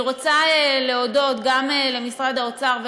אני רוצה להודות גם למשרד האוצר,